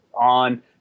on